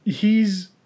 hes